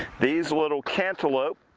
these little cantaloupe.